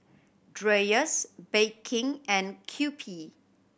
Dreyers Bake King and Kewpie